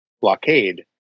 blockade